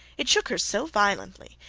it shook her so violently,